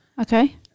Okay